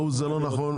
ההוא זה לא נכון.